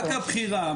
רק הבכירה.